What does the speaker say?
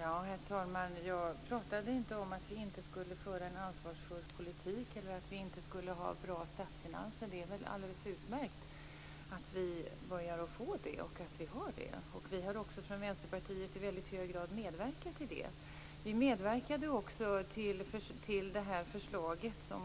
Herr talman! Jag talade inte om att vi inte skulle föra en ansvarsfull politik eller om att vi inte skulle ha bra statsfinanser. Det är väl alldeles utmärkt att vi börjar få det. Detta har vi också från Vänsterpartiet i väldigt hög grad medverkat till. Vi medverkade dessutom